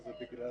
גם ליווי,